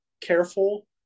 careful